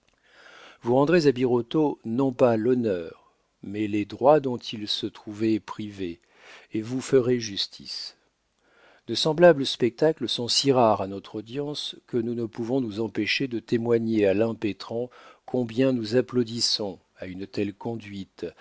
vous rendrez à birotteau non pas l'honneur mais les droits dont il se trouvait privé et vous ferez justice de semblables spectacles sont si rares à notre audience que nous ne pouvons nous empêcher de témoigner à l'impétrant combien nous applaudissons à une telle conduite